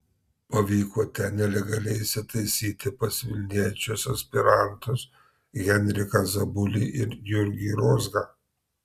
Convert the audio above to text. pavyko ten nelegaliai įsitaisyti pas vilniečius aspirantus henriką zabulį ir jurgį rozgą